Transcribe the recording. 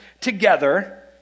together